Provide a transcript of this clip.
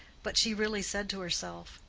but she really said to herself,